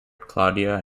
claudia